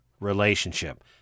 relationship